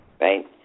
Right